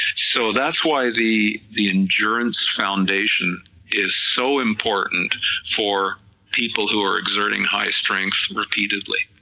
so that's why the the insurance foundation is so important for people who are exerting high strength repeatedly.